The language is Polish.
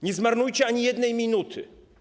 Nie zmarnujcie ani jednej minuty.